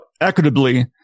equitably